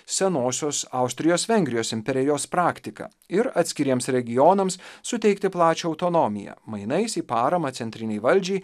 senosios austrijos vengrijos imperijos praktika ir atskiriems regionams suteikti plačią autonomiją mainais į paramą centrinei valdžiai